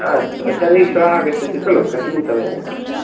अस्तु तर्हि श्वः आगच्छति खलु कस्मिन् समये आगच्छति